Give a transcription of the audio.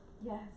Yes